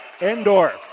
Endorf